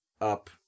up